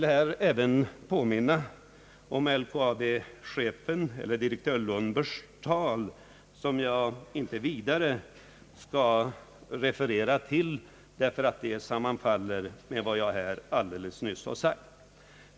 Låt mig även påminna om LKAB-chefen Lundbergs tal för en tid sedan — jag skall inte nu referera det eftersom hans synpunkter sammanfaller med vad jag alldeles nyss har sagt.